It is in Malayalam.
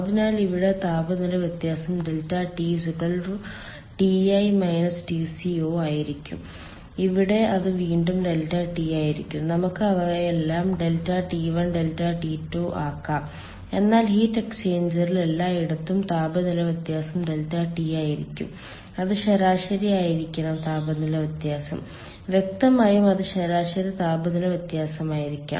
അതിനാൽ ഇവിടെ താപനില വ്യത്യാസം ∆TTi Tco ആയിരിക്കും ഇവിടെ അത് വീണ്ടും ∆T ആയിരിക്കും നമുക്ക് അവയെല്ലാം ∆T1 ∆T2 ആകാം എന്നാൽ ഹീറ്റ് എക്സ്ചേഞ്ചറിൽ എല്ലായിടത്തും താപനില വ്യത്യാസം ∆T ആയിരിക്കും അത് ശരാശരി ആയിരിക്കണം താപനില വ്യത്യാസം വ്യക്തമായും അത് ശരാശരി താപനില വ്യത്യാസമായിരിക്കണം